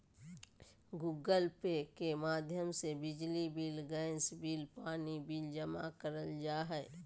Google Pay के माध्यम से बिजली बिल, गैस बिल, पानी बिल जमा करल जा हय